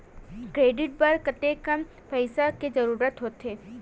Credit बर कतेकन पईसा के जरूरत होथे?